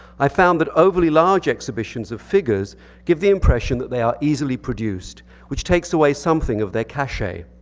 i found that overly large exhibitions of figures give the impression that they are easily produced, which takes away something of their cache.